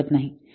तर हा तोटा आहे